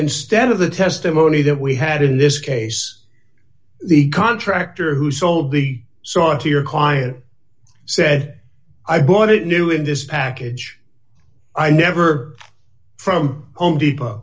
instead of the testimony that we had in this case the contractor who sold the saw here quiet said i bought it new in this package i never from home depot